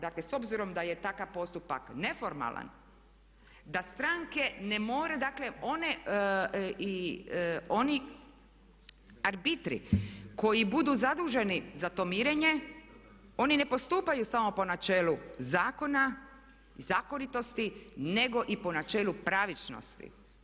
Dakle, s obzirom da je takav postupak neformalan, da stranke ne moraju, dakle i oni arbitri koji budu zaduženi za to mirenje oni ne postupaju samo po načelu zakona i zakonitosti, nego i po načelu pravičnosti.